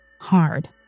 Hard